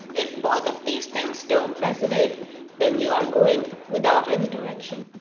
if both of these things don't resonate then you're going without any direction.